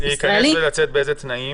ולצאת באיזה תנאים?